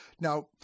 Now